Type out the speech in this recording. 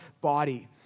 body